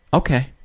ok.